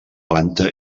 planta